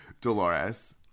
Dolores